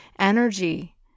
energy